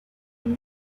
and